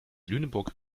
lüneburg